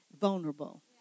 vulnerable